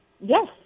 Yes